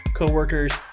co-workers